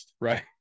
right